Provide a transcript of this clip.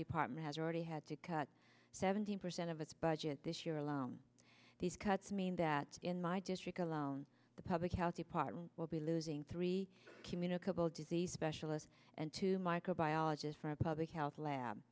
department has already had to cut seventeen percent of its budget this year alone these cuts mean that in my district alone the public health department will be losing three communicable disease specialists and two microbiologists for our public health lab